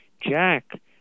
Jack